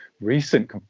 recent